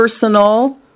personal